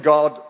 God